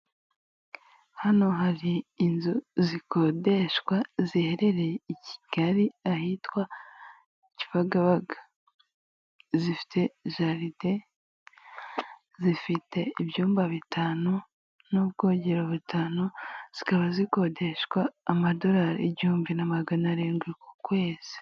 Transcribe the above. Hano hari inzu zikodeshwa ziherereye i Kigali ahitwa Kibagabaga zifite jaride, zifite ibyumba bitanu n'ubwogero butanu, zikaba zikodeshwa amadolari igihumbi na magana arindwi ku kwezi.